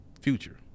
future